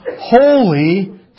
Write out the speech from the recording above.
holy